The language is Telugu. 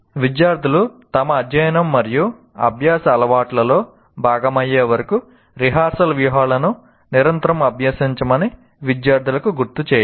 విద్యార్థులు తమ అధ్యయనం మరియు అభ్యాస అలవాట్లలో భాగమయ్యే వరకు రిహార్సల్ వ్యూహాలను నిరంతరం అభ్యసించమని విద్యార్థులకు గుర్తు చేయండి